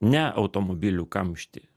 ne automobilių kamštį